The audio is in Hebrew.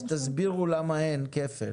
אז תסבירו למה אין כפל.